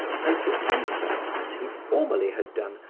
and to enter, as he formerly had done,